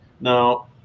now